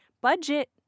budget